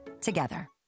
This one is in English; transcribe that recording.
together